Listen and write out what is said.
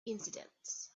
incidents